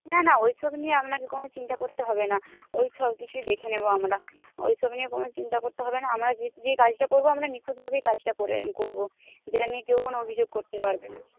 না না ওইসব নিয়ে আপনাকে কোনো চিন্তা করতে হবে না ওই সব কিছুই দেখে নেব আমরা ওই সব নিয়ে কোনো চিন্তা করতে হবে না আমরা যে যে কাজটা আমরা করব নিখুঁতভাবেই কাজটা করে করব যেটা নিয়ে কেউ কোনো অভিযোগ করতে পারবে না